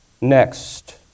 next